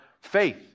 Faith